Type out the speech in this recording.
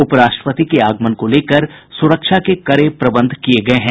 उपराष्ट्रपति के आगमन को लेकर सुरक्षा के कड़े प्रबंध किये गये हैं